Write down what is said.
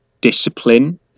discipline